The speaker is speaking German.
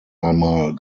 einmal